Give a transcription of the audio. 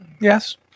Yes